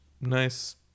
nice